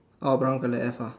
oh brown colour have ah